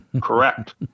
correct